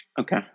Okay